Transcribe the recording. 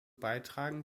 beitragen